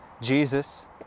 Jesus